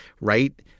right